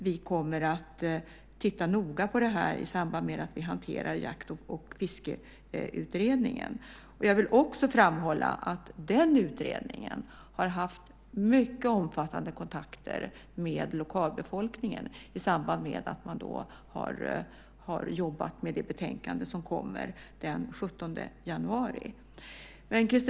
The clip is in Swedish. Vi kommer att titta noga på detta i samband att vi hanterar Jakt och fiskeutredningen. Jag vill också framhålla att den utredningen har haft mycket omfattande kontakter med lokalbefolkningen i samband med att man har jobbat med det betänkande som kommer den 17 januari.